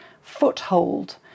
foothold